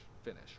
finish